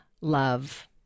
love